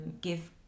give